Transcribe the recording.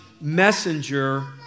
messenger